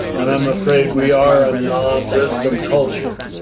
and i'm afraid we are a non-wisdom culture,